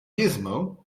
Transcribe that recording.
gizmo